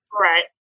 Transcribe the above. right